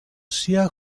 sia